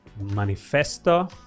manifesto